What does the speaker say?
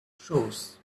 shoes